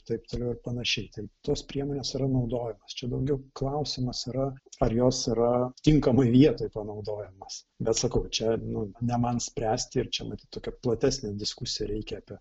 taip toliau ir panašiai tai tos priemonės yra naudojamos čia daugiau klausimas yra ar jos yra tinkamoj vietoj panaudojamos bet sakau čia nu ne man spręsti ir čia vat tokia platesnė diskusija reikia apie